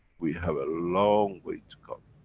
we have a long way to come.